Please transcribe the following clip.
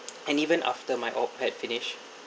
and even after my op had finished